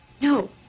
No